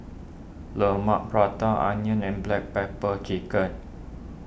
Lemang Prata Onion and Black Pepper Chicken